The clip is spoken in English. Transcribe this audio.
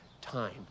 time